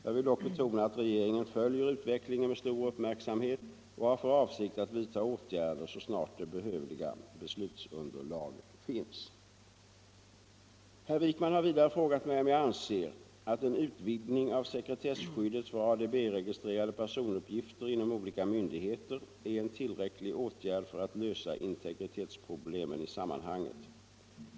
Jag vill dock betona att regeringen följer utvecklingen med stor uppmärksamhet och har för avsikt att vidta åtgärder så snart det behövliga beslutsunderlaget finns. Herr Wijkman har vidare frågat mig om jag anser att en utvidgning av sekretesskyddet för ADB-registrerade personuppgifter inom olika myndigheter är en tillräcklig åtgärd för att lösa integritetsproblemen i sammanhanget.